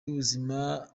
y’ubuzima